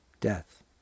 death